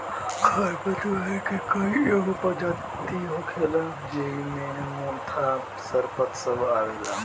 खर पतवार के कई गो परजाती होखेला ज़ेइ मे मोथा, सरपत सब आवेला